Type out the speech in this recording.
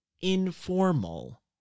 informal